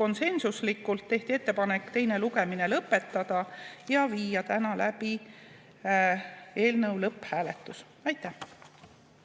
Konsensuslikult tehti ettepanek teine lugemine lõpetada ja viia täna läbi eelnõu lõpphääletus. Aitäh!